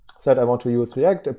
said i want to use react, ah